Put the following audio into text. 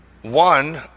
One